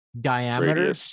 diameter